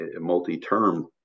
multi-term